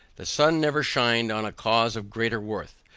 the sun never shined on a cause of greater worth.